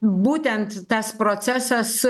būtent tas procesas